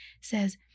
says